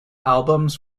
albums